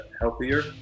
healthier